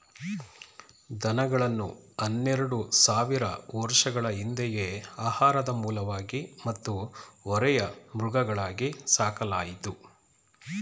ದನಗಳನ್ನು ಹನ್ನೆರೆಡು ಸಾವಿರ ವರ್ಷಗಳ ಹಿಂದೆಯೇ ಆಹಾರದ ಮೂಲವಾಗಿ ಮತ್ತು ಹೊರೆಯ ಮೃಗಗಳಾಗಿ ಸಾಕಲಾಯಿತು